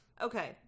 Okay